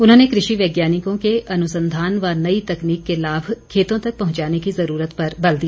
उन्होंने कृषि वैज्ञानिकों के अनुसंधान व नई तकनीक के लाभ खेतों तक पहंचाने की ज़रूरत पर बल दिया